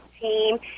team